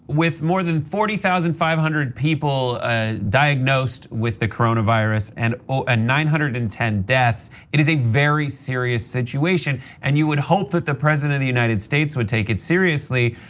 with more than forty thousand five hundred people ah diagnosed with the coronavirus and and nine hundred and ten deaths. it is a very serious situation. and you would hope that the president of the united states would take it serious,